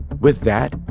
with that,